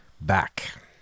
back